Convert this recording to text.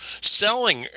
selling